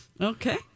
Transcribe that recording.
Okay